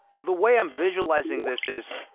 the way i'm visualizing this is,